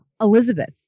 Elizabeth